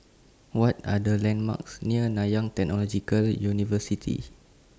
What Are The landmarks near Nanyang Technological University